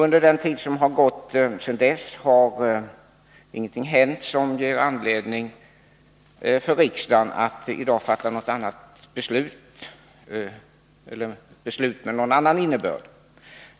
Under den tid som gått sedan dess har ingenting hänt som ger riksdagen anledning att i dag fatta beslut med någon annan innebörd.